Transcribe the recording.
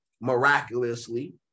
miraculously